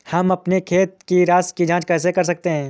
हम अपने खाते की राशि की जाँच कैसे कर सकते हैं?